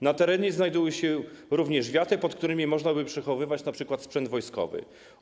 Na terenie znajdują się również wiaty, pod którymi można by przechowywać np. sprzęt wojskowy.